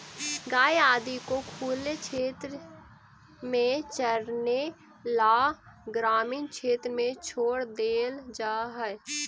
गाय आदि को खुले क्षेत्र में चरने ला ग्रामीण क्षेत्र में छोड़ देल जा हई